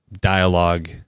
dialogue